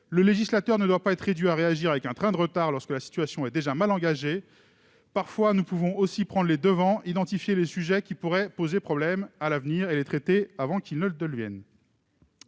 Le législateur ne doit pas être réduit à réagir avec un train de retard lorsque la situation est déjà mal engagée. Nous pouvons parfois prendre les devants, identifier les sujets qui pourraient poser problème à l'avenir et les traiter avant que le problème ne